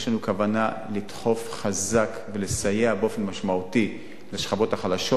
יש לנו כוונה לדחוף חזק ולסייע באופן משמעותי לשכבות החלשות.